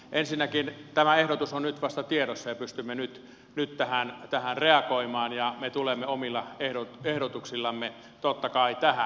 ensinnäkin tämä ehdotus on nyt vasta tiedossa ja pystymme nyt tähän reagoimaan ja me tulemme omilla ehdotuksillamme totta kai tähän